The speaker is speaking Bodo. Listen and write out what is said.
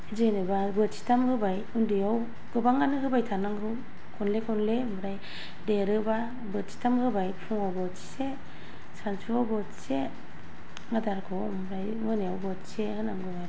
जेनेबा बोथिथाम होबाय उन्दैयाव गोबाङानो होबाय थानांगौ खनले खनले ओमफ्राय देरोब्ला बोथिथाम होबाय फुङाव बोथिसे सानजौफुआव बोथिसे आदारखौ ओमफ्राय मोनायाव बोथिसे होनांगौ आरो